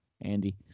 Andy